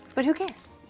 but who cares?